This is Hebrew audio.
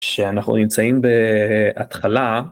שאנחנו נמצאים בהתחלה.